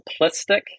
simplistic